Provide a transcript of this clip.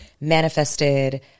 manifested